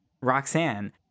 Roxanne